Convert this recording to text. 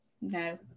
No